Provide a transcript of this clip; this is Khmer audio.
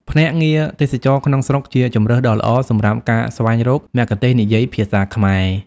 ភ្នាក់ងារទេសចរណ៍ក្នុងស្រុក ជាជម្រើសដ៏ល្អសម្រាប់ការស្វែងរកមគ្គុទ្ទេសក៍និយាយភាសាខ្មែរ។